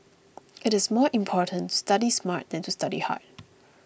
it is more important to study smart than to study hard